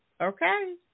okay